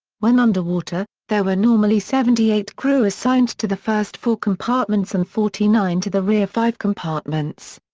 when underwater, there were normally seventy eight crew assigned to the first four compartments and forty nine to the rear five compartments.